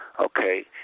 Okay